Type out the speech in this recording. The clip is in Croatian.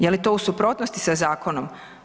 Je li to u suprotnosti sa zakonom?